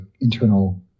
internal